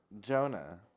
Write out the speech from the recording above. Jonah